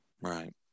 Right